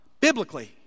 Biblically